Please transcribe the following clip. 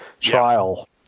trial